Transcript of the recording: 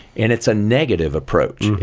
and it's a negative approach.